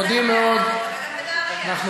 אנחנו מודים מאוד, וגם בנהריה.